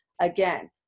again